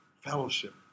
fellowship